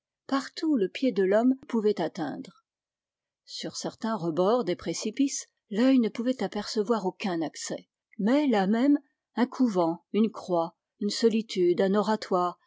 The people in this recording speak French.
partout où le pied de l'homme pouvait atteindre sur certains rebords des précipices l'œil ne pouvait apercevoir aucun accès mais là même un couvent une croix une solitude un oratoire